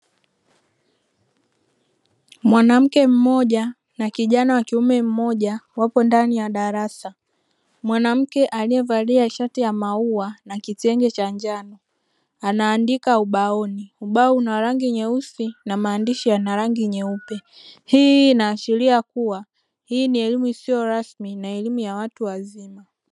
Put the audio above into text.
Mwanamke mmoja na kijana wa kiume mmoja, wapo ndani ya darasa. Mwanamke aliye valia shati ya maua na kitenge cha njano, anaandika ubaoni, ubao ni wa rangi nyeusi na maandishi ni ya rangi nyeupe hii inaashiria kuwa hii ni elimu isiyo rasmi na elimu ya watu wazima.